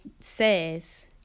says